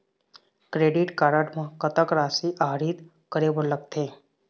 Credit card म कतक राशि आहरित करे बर लगथे?